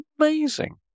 amazing